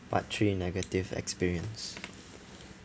part three negative experience